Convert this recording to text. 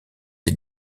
des